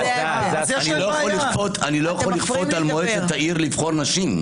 אני לא יכול לכפות על מועצת העיר לבחור נשים.